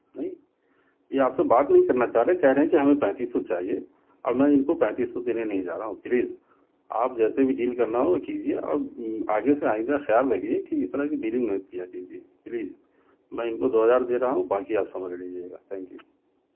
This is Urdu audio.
نہیں یہ آپ سے بات نہیں کرنا چاہ رہے ہیں کہہ رہے ہیں کہ ہمیں پینتیس سو چاہیے اور میں ان کو پینتیس سو دینے نہیں جا رہا ہوں پلیز آپ جیسے بھی ڈیل کرنا ہو کیجیے اور آگے سے آئندہ خیال رکھیے کہ اس طرح کی ڈیلنگ مت کیا کیجیے پلیز میں ان کو دو ہزار دے رہا ہوں باقی آپ سمجھ لیجیے گا تھینک یو